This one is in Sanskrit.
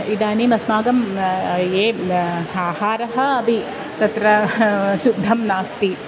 इदानीम् अस्माकं ये आहारः अपु तत्र शुद्धं नास्ति